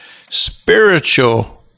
spiritual